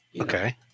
Okay